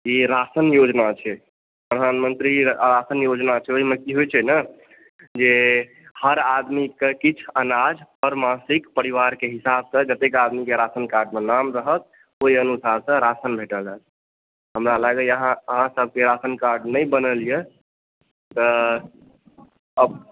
ई ration योजना छै प्रधानमंत्री राशन योजना छै ओहिमे की होइ छै ने जे हर आदमीकेॅं किछु अनाज हर मासिक पारिवारके हिसाबसॅं जतेक आदमीकेॅं राशन कार्डमे नाम रहत ओहि अनुसारसे राशन भेटल यऽ हमरा लागैया अहाँसभकेॅं राशन कार्ड नहि बनल यऽ तऽ